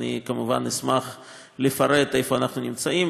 אני כמובן אשמח לפרט איפה אנחנו נמצאים.